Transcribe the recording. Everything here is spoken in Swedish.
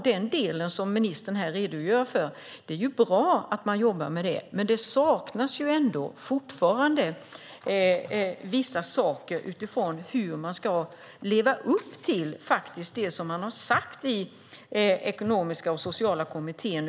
Det är bra att man jobbar med det som ministern redogör för, men det saknas fortfarande vissa saker när det gäller hur man ska leva upp till det som man har sagt i ekonomiska och sociala kommittén.